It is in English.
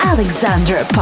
Alexandra